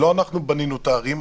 לא אנחנו בנינו את הערים,